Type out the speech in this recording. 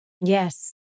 Yes